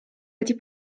wedi